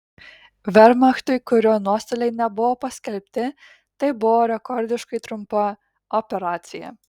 vermachtui kurio nuostoliai nebuvo paskelbti tai buvo rekordiškai trumpa operacija